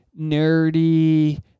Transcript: nerdy